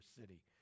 city